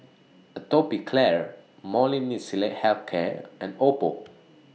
Atopiclair Molnylcke Health Care and Oppo